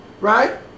right